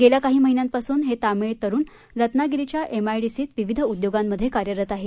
गेल्या काही महिन्यांपासून हे तामिळ तरुण रत्नागिरीच्या एमआयडीसीत विविध उद्योगांमध्ये कार्यरत आहेत